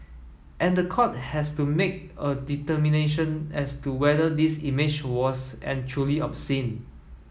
and the court has to make a determination as to whether this image was and truly obscene